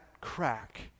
crack